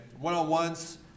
One-on-ones